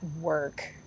work